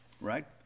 right